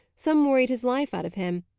some worried his life out of him,